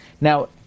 Now